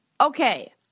okay